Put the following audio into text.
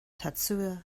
tatsuya